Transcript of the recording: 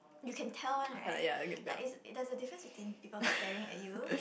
you can tell one right like it's there's a difference between people staring at you